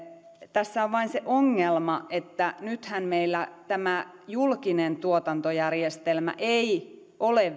tässä on vain se ongelma että nythän meillä tämä julkinen tuotantojärjestelmä ei vielä ole